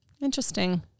Interesting